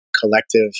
collective